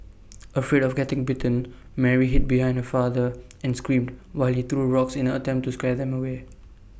afraid of getting bitten Mary hid behind her father and screamed while he threw rocks in an attempt to scare them away